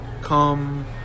come